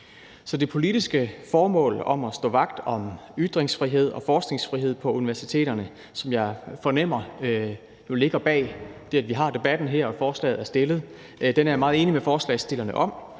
Så det politiske formål om at stå vagt om ytringsfrihed og forskningsfrihed på universiteterne, som jeg fornemmer jo ligger bag det, at vi har debatten her og at forslaget er fremsat, er jeg meget enig med forslagsstillerne i,